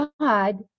God